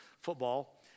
football